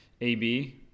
AB